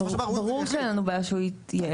ברור שאין לנו בעיה שהוא יתייעץ.